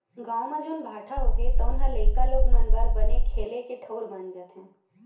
गाँव म जउन भाठा होथे तउन ह लइका लोग मन बर बने खेले के ठउर बन जाथे